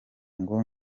ngo